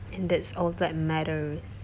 that's all that matters